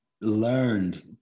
learned